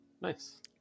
Nice